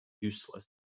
useless